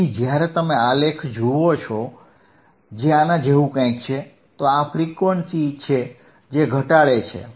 તેથી જ્યારે તમે આલેખ જુઓ છો જે આના જેવું કંઈક છે તો આ ફ્રીક્વન્સી છે જે ઘટાડે છે